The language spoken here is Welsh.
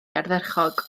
ardderchog